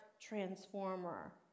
transformer